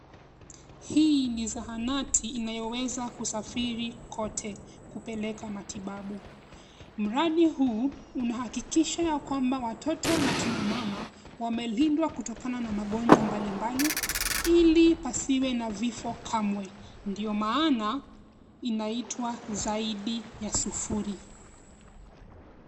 Hii ni zahanati inayoweza kusafiri kote kupeleka matibabu. Mradi huu unahakikisha ya kwamba watoto na kina mama wamelindwa kutokana na magonjwa mbali mbali ilipasiwe na vifo kamwe, ndio maana inaitwa zaidi ya sufuri.